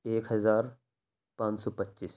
ایک ہزار پانچ سو پچیس